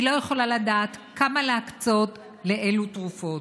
היא לא יכולה לדעת כמה להקצות ולאילו תרופות.